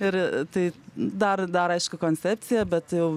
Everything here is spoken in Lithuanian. ir tai dar dar aišku koncepcija bet jau